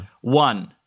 One